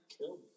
Cool